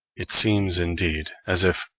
it seems, indeed, as if,